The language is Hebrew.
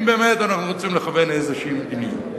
אם באמת אנחנו רוצים לכוון איזו מדיניות.